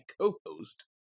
co-host